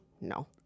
No